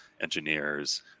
engineers